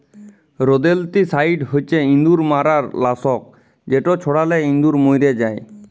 rodenticide হছে ইঁদুর মারার লাসক যেট ছড়ালে ইঁদুর মইরে যায়